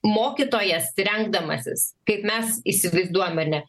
mokytojas renkdamasis kaip mes įsivaizduojam ar ne